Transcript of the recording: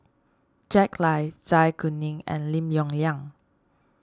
Jack Lai Zai Kuning and Lim Yong Liang